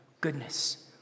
goodness